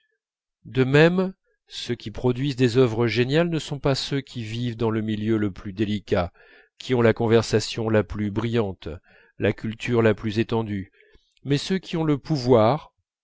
de même ceux qui produisent des œuvres géniales ne sont pas ceux qui vivent dans le milieu le plus délicat qui ont la conversation la plus brillante la culture la plus étendue mais ceux qui ont eu le pouvoir